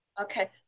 Okay